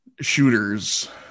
shooters